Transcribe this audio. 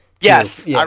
yes